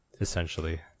essentially